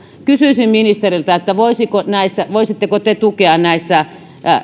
kysyisin ministeriltä voisitteko te tukea erityisesti